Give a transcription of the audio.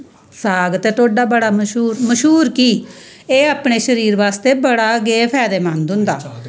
साग ते ढोडा बड़ा मश्हूर मश्हूर की एह् अपने शरीर आस्तै बड़ा गै फायदे मंद होंदा